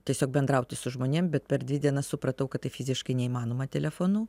tiesiog bendrauti su žmonėm bet per dvi dienas supratau kad tai fiziškai neįmanoma telefonu